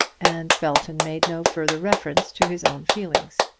and belton made no further reference to his own feelings.